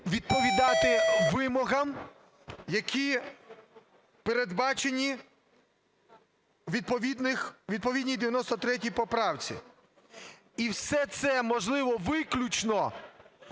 відповідати вимогам, які передбачені у відповідній 93 поправці. І все це можливо виключно